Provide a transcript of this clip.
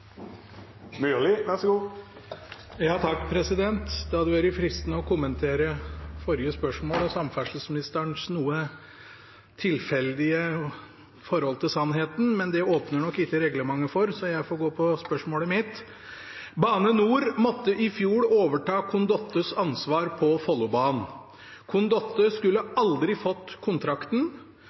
sannheten, men det åpner nok ikke reglementet for, så jeg får gå på spørsmålet mitt: «Bane NOR måtte i fjor overta Condottes ansvar på Follobanen. Condotte skulle aldri fått kontrakten,